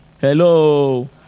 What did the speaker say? hello